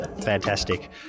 Fantastic